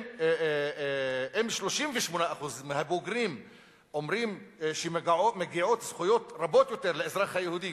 אם 38% מהבוגרים אומרים שמגיעות זכויות רבות יותר לאזרח היהודי,